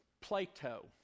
Plato